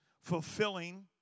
fulfilling